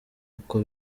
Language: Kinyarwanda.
uko